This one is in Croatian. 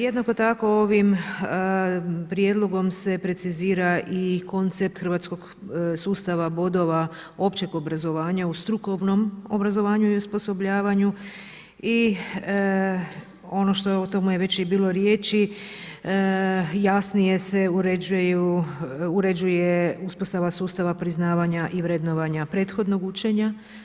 Jednako tako ovim Prijedlogom se precizira i koncept hrvatskog sustava bodova općeg obrazovanja u strukovnom obrazovanju i osposobljavanju i ono što o tome je već i bilo riječi, jasnije se uređuje uspostava sustava priznavanja i vrednovanja prethodnog učenja.